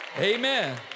amen